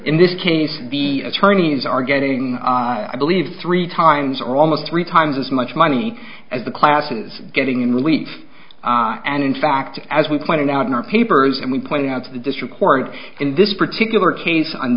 in this case the attorneys are getting i believe three times or almost three times as much money as the class is getting in relief and in fact as we pointed out in our papers and we point out to the district court in this particular case